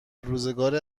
روزگار